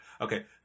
Okay